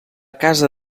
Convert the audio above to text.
casa